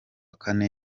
kane